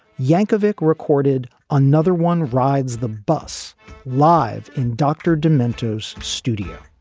yankovic recorded another one rides the bus live in dr. dementors studio.